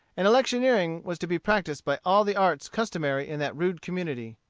and electioneering was to be practised by all the arts customary in that rude community.